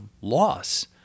loss